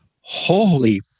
holy